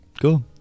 Cool